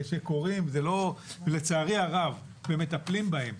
שקורים, לצערי הרב, ומטפלים בהם.